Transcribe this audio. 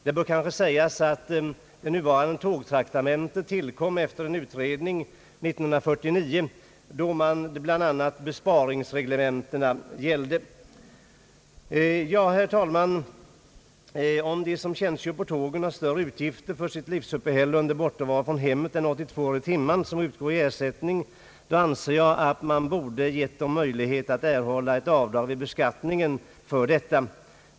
Det bör kanske sägas att det nuvarande tågtraktamentet tillkom efter en utredning 1949, då bl.a. besparingsreglementena gällde. Herr talman! Om de som tjänstgör på tågen har större utgifter för sitt livsuppehälle under bortovaron från hemmet än de 82 öre i timmen som utgår i ersättning, då anser jag att man borde ha gett dem möjlighet att erhålla ett avdrag vid beskattningen för detta.